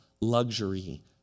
luxury